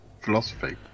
philosophy